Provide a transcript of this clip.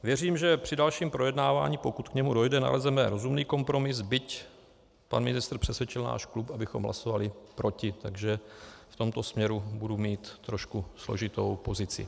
Věřím, že při dalším projednávání, pokud k němu dojde, nalezneme rozumný kompromis, byť pan ministr přesvědčil náš klub, abychom hlasovali proti, takže v tomto směru budu mít trošku složitou pozici.